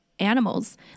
Animals